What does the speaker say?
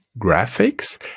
graphics